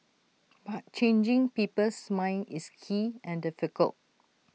but changing people's minds is key and difficult